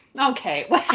okay